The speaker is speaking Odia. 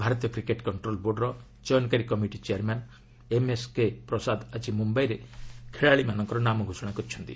ଭାରତୀୟ କ୍ରିକେଟ୍ କଙ୍କ୍ରୋଲ୍ ବୋର୍ଡ଼ର ଚୟନକାରୀ କମିଟି ଚେୟାର୍ମ୍ୟାନ୍ ଏମ୍ଏସ୍କେ ପ୍ରସାଦ ଆଜି ମୁମ୍ୟାଇଠାରେ ଖେଳାଳୀମାନଙ୍କ ନାମ ଘୋଷଣା କରିଛନ୍ତି